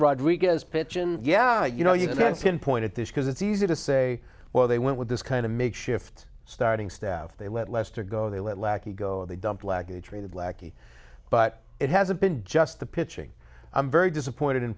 rodriquez pichon yeah you know you can spin point at this because it's easy to say well they went with this kind of make shift starting staff they let lester go they let lackey go they dumped lackey traded lackey but it hasn't been just the pitching i'm very disappointed in